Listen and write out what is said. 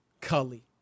Cully